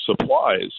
supplies